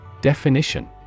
Definition